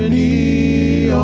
e